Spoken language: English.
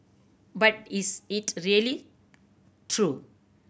but is it really true